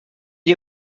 est